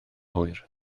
hwyr